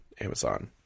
Amazon